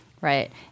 right